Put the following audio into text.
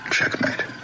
Checkmate